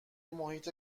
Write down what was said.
محیط